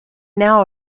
now